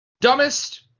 Dumbest